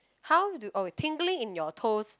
how do oh tingling in your toes